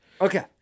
Okay